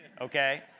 Okay